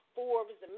Forbes